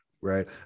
Right